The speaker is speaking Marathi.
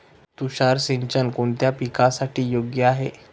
तुषार सिंचन कोणत्या पिकासाठी योग्य आहे?